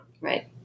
Right